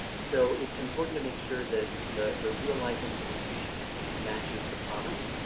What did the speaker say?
so it's important to make sure that the the real-life implementation matches the promise.